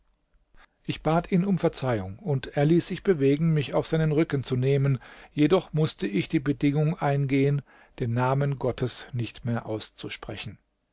ich bat ihn um verzeihung und er ließ sich bewegen mich auf seinen rücken zu nehmen jedoch mußte ich die bedingung eingehen den namen gottes nicht mehr auszusprechen